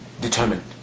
determined